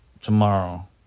tomorrow